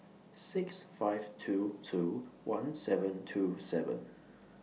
six five two two one seven two seven